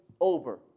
over